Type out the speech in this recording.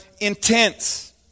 intense